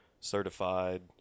certified